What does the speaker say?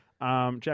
Jack